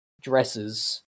dresses